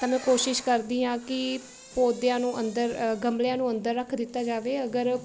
ਤਾਂ ਮੈਂ ਕੋਸ਼ਿਸ਼ ਕਰਦੀ ਹਾਂ ਕਿ ਪੌਦਿਆਂ ਨੂੰ ਅੰਦਰ ਗਮਲਿਆਂ ਨੂੰ ਅੰਦਰ ਰੱਖ ਦਿੱਤਾ ਜਾਵੇ ਅਗਰ